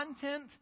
content